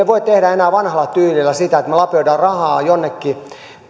voi tehdä enää vanhalla tyylillä sitä että me vain lapiomme rahaa jonnekin